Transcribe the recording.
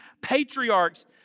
patriarchs